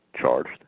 charged